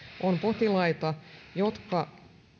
on potilaita jotka